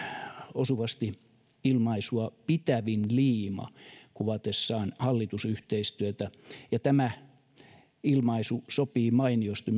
osuvasti ilmaisua pitävin liima kuvatessaan hallitusyhteistyötä ja tämä ilmaisu sopii mainiosti